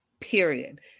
Period